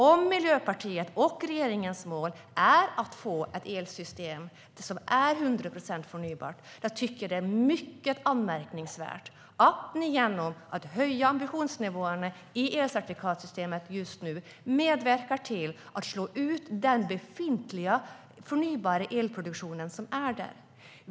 Om Miljöpartiets och regeringens mål är att få ett elsystem som är 100 procent förnybart är det mycket anmärkningsvärt att ni genom att höja ambitionsnivåerna i elcertifikatssystemet medverkar till att slå ut den befintliga förnybara elproduktionen.